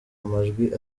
amajwi